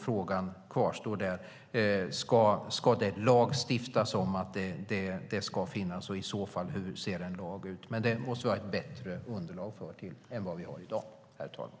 Frågan kvarstår: Ska det lagstiftas om detta, och hur ser i så fall en lag ut? Detta måste vi ha bättre underlag för än vad vi har i dag, herr talman.